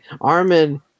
Armin